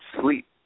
sleep